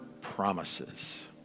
promises